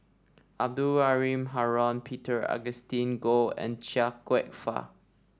Abdul Halim Haron Peter Augustine Goh and Chia Kwek Fah